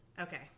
Okay